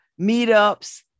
meetups